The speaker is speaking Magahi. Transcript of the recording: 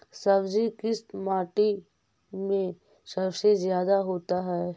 सब्जी किस माटी में सबसे ज्यादा होता है?